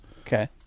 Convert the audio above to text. Okay